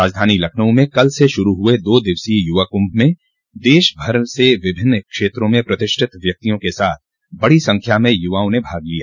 राजधानी लखनऊ में कल से शुरू हुए दो दिवसीय युवा कुंभ में देश भर से विभिन्न क्षेत्रों के प्रतिष्ठित व्यक्तियों के साथ बड़ी संख्या में युवाओं ने भाग लिया